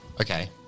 okay